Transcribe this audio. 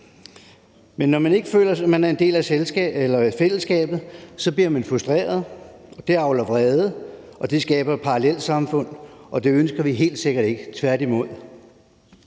ved. Når man ikke føler, at man er en del af fællesskabet, bliver man frustreret, og det avler vrede, og det skaber parallelsamfund, og det ønsker vi helt sikkert ikke – tværtimod.